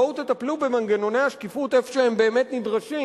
בואו תטפלו במנגנוני השקיפות איפה שהם באמת נדרשים.